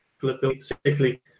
Particularly